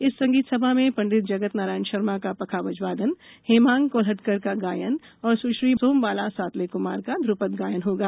इस संगीत सभा में पं जगत नारायण शर्मा का पखावज वादन हेमांग कोल्हटकर का गायन एवं स्श्री सोमबाला सातले कुमार का ध्रपद गायन होगा